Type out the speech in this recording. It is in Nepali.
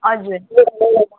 हजुर